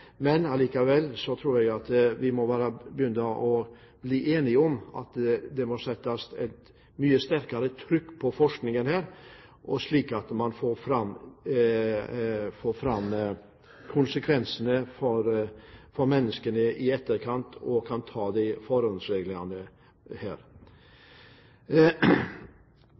Men likevel tror jeg at vi må begynne å bli enige om at det må settes et mye sterkere trykk på forskningen, slik at man får fram konsekvensene for menneskene i etterkant og kan ta